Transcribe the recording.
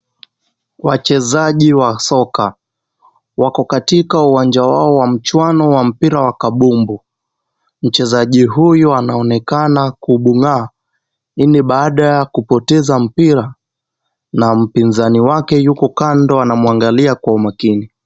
Wachezaji wa soka wako katika uwanja wao wa muchuano wa mpira wa kambumbu, mchezaji huyu anaonekana kubung'aa, hii ni baada ya kupoteza mpira na mpinzani wake yuko kando anamwangalia kwa umakini.